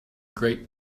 great